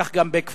כך גם בכפר-קאסם.